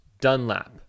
Dunlap